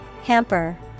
Hamper